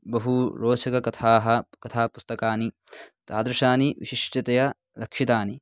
बहु रोचककथाः कथापुस्तकानि तादृशानि विशिष्यतया लक्षितानि